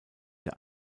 der